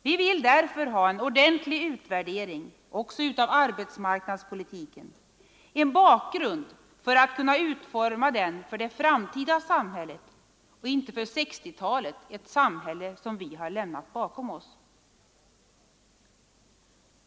Vi vill därför ha en ordentlig utvärdering också av arbetsmarknadspolitiken, en bakgrund för att kunna utforma den för det framtida samhället och inte för 1960-talet, det samhälle vi lämnat bakom oss.